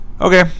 Okay